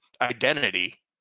identity